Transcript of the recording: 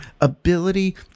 ability